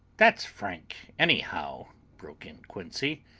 that's frank anyhow, broke in quincey.